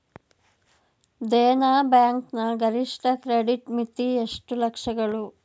Dena bank ನ ಗರಿಷ್ಠ credit ಮಿತಿ ಎಷ್ಟು ಲಕ್ಷಗಳು?